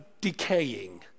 decaying